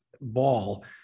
ball